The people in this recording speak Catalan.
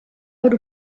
per